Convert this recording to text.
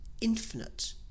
infinite